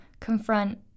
confront